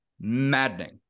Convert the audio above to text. maddening